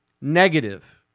negative